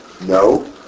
No